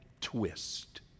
twist